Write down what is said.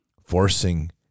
Forcing